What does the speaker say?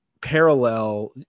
parallel